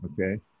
okay